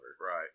Right